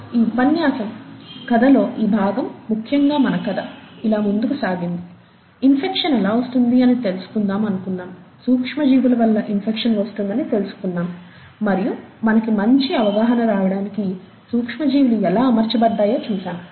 ఈ ఉపన్యాసం కథలో ఈ భాగం ముఖ్యంగా మన కథ ఇలా ముందుకి సాగింది ఇన్ఫెక్షన్ ఎలా వస్తుంది అని తెలుసుకుందాం అనుకున్నాం సూక్ష్మ జీవుల వల్ల ఇన్ఫెక్షన్ వస్తుందని తెలుసుకున్నాం మరియు మనకి మంచి అవగాహనా రావటానికి సూక్ష్మ జీవులు ఎలా అమర్చబడ్డాయో చూసాము